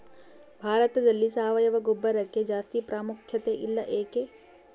ಭಾರತದಲ್ಲಿ ಸಾವಯವ ಗೊಬ್ಬರಕ್ಕೆ ಜಾಸ್ತಿ ಪ್ರಾಮುಖ್ಯತೆ ಇಲ್ಲ ಯಾಕೆ?